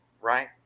right